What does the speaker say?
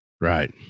Right